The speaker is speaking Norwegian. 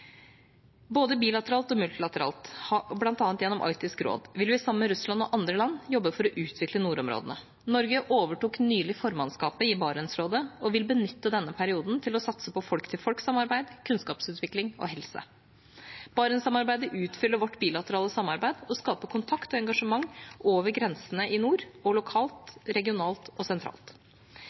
multilateralt, bl.a. gjennom Arktisk råd, vil vi sammen med Russland og andre land jobbe for å utvikle nordområdene. Norge overtok nylig formannskapet i Barentsrådet og vil benytte denne perioden til å satse på folk-til-folk-samarbeid, kunnskapsutvikling og helse. Barentssamarbeidet utfyller vårt bilaterale samarbeid og skaper kontakt og engasjement over grensene i nord både lokalt, regionalt og sentralt.